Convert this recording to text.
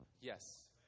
Yes